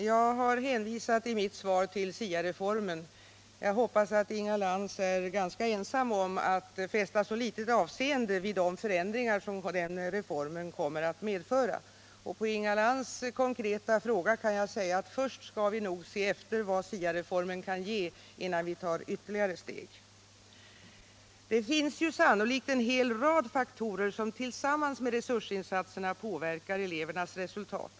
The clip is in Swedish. Herr talman! Jag har i mitt svar hänvisat till SIA-reformen. Jag hoppas att Inga Lantz är ganska ensam om att fästa så litet avseende vid de förändringar som den reformen kommer att medföra. På Inga Lantz konkreta fråga kan jag svara att vi nog först skall se efter vad SIA-reformen kan ge, innan vi tar ytterligare steg. Det finns sannolikt en hel rad faktorer som tillsammans med resursinsatserna påverkar elevernas resultat.